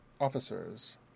officer's